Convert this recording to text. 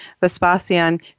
Vespasian